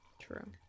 true